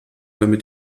damit